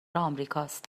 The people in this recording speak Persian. امریکاست